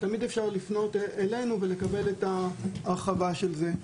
תמיד אפשר לפנות אלינו ולקבל את ההרחבה של זה.